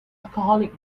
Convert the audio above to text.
alcoholic